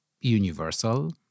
universal